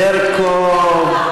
ברקו.